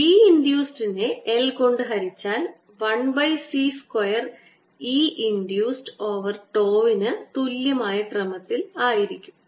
B ഇൻഡ്യൂസ്ഡ്നെ l കൊണ്ട് ഹരിച്ചാൽ 1 by C square E induced over τ നു തുല്യമായ ക്രമത്തിൽ ആയിരിക്കും